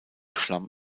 schlamm